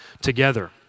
together